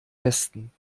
westen